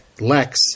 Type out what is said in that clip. Lex